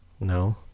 no